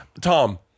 Tom